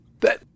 that-